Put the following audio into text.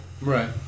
Right